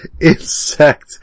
insect